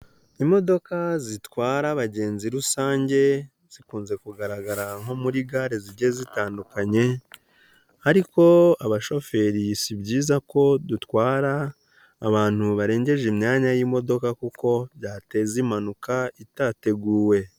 Imodoka zitwara abagenzi rusange, zikunze kugaragara nko muri gare zigiye zitandukanye ariko abashoferi si byiza ko dutwara abantu barengeje imyanya y'imodoka kuko byateza impanuka itateguwe.